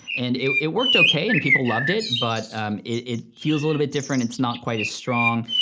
and it it worked okay, and people loved it, but it feels a little bit different. it's not quite as strong,